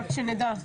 רק שנדע.